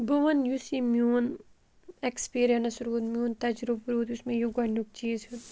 بہٕ وَنہٕ یُس یہِ میون اٮ۪کٕسپیٖریَنٕس روٗد میون تَجرُبہٕ روٗد یُس مےٚ یہِ گۄڈنیُک چیٖز ہیوٚت